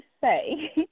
say